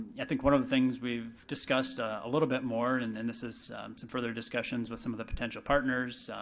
i think one of the things we've discussed a little bit more, and and this is some further discussions with some of the potential partners,